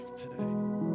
today